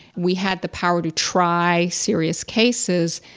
we had the power to try serious cases,